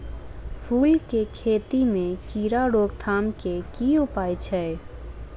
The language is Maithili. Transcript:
फूल केँ खेती मे कीड़ा रोकथाम केँ की उपाय छै?